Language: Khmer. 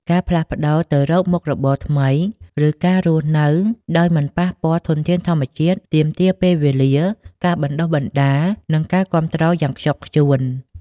ការផ្លាស់ប្តូរទៅរកមុខរបរថ្មី ឬការរស់នៅដោយមិនប៉ះពាល់ធនធានធម្មជាតិ ទាមទារពេលវេលា ការបណ្តុះបណ្តាល និងការគាំទ្រយ៉ាងខ្ជាប់ខ្ជួន។